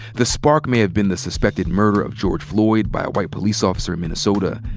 the spark may have been the suspected murder of george floyd by a white police officer in minnesota.